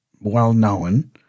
well-known